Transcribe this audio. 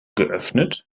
geöffnet